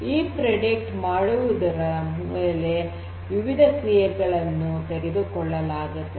ಈ ಮುನ್ಸೂಚನೆ ಮಾಡಿರುವುದರ ಮೇಲೆ ವಿವಿಧ ಕ್ರಿಯೆಗಳನ್ನು ತೆಗೆದುಕೊಳ್ಳಬೇಕಾಗುತ್ತದೆ